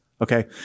okay